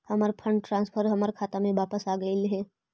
हमर fund transfer हमर खाता में वापस आगईल हे